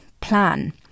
plan